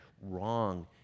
wrong